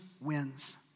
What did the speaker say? wins